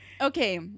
okay